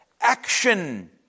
Action